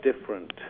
different